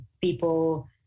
people